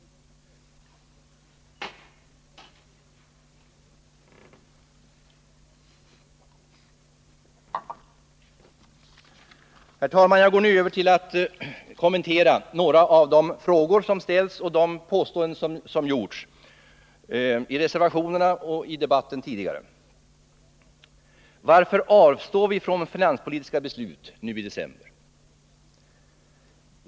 Herr talman! Jag går nu över till att kommentera några av de frågor som har ställts och de påståenden som har gjorts i reservationerna och i den hittillsvarande debatten. Varför avstår vi från finanspolitiska beslut nu i december?